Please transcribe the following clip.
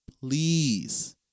please